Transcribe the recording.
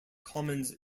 commons